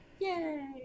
Yay